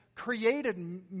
created